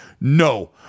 no